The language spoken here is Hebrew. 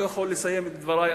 אני לא יכול לסיים את דברי,